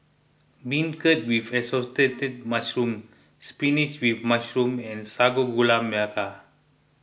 Beancurd with Assorted Mushrooms Spinach with Mushroom and Sago Gula Melaka